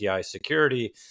security